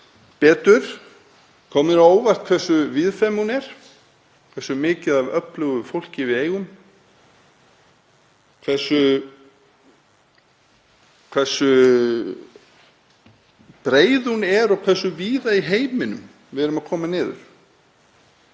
betur kom mér á óvart hversu víðfeðm hún er, hversu mikið af öflugu fólki við eigum, hversu breið hún er og hversu víða í heiminum við erum að koma niður.